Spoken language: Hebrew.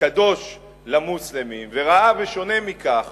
הקדוש למוסלמים, וראה בשונה מכך